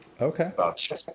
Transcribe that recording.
Okay